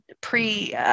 pre